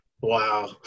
Wow